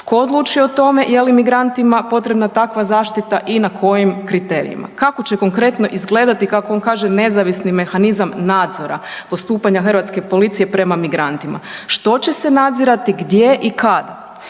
Tko odlučuje o tome je li migrantima potrebna takva zaštita i na kojim kriterijima? Kako će konkretno izgledati kako on kaže nezavisni mehanizam nadzora postupanja hrvatske policije prema migrantima? Što će s nadzirati, gdje i kada?